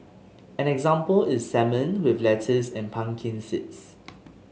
an example is salmon with lettuce and pumpkin seeds